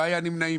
לא היו פה נמנעים,